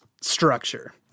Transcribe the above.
structure